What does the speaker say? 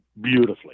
beautifully